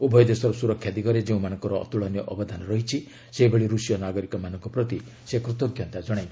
ଉଭୟ ଦେଶର ସୁରକ୍ଷା ଦିଗରେ ଯେଉଁମାନଙ୍କର ଅତ୍କଳନୀୟ ଅବଦାନ ରହିଛି ସେହିଭଳି ରୁଷିୟ ନାଗରିକମାନଙ୍କ ପ୍ରତି ସେ କୃତଜ୍ଞତା ଜଣାଇଛନ୍ତି